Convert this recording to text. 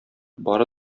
бары